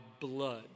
blood